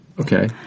Okay